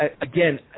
Again